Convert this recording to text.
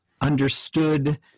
understood